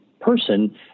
person